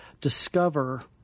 discover